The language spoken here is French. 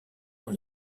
dans